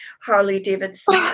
Harley-Davidson